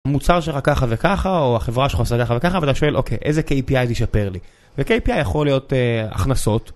מוצר שלך ככה וככה או החברה שלך עושה ככה וככה ואתה שואל אוקיי איזה kpi תשפר לי וkpi יכול להיות הכנסות